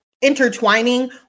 intertwining